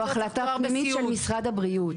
זו החלטה פנימית של משרד הבריאות,